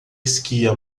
esquia